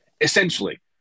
Essentially